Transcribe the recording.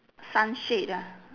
sunshade ah